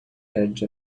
edge